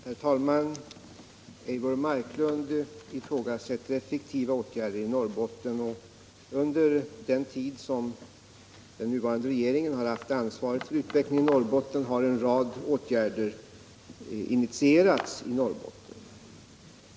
Herr talman! Eivor Marklund ifrågasätter om vi vidtagit effektiva åtgärder i Norrbotten. Under den tid den nuvarande regeringen har haft ansvaret för utvecklingen i Norrbotten har en rad åtgärder initierats där.